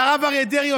שהרב אריה דרעי,